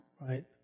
Right